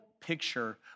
picture